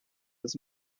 his